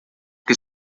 que